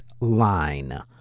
Line